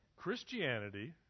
Christianity